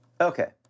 Okay